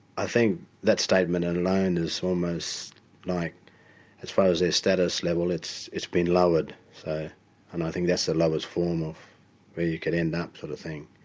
i think that statement and alone is almost like as far as their status level it's it's been lowered and i think that's the lowest form of where you could end up sort of thing.